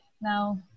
now